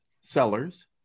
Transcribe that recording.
sellers